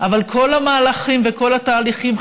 אבל כל המהלכים וכל התהליכים,